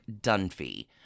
dunphy